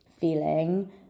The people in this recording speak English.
feeling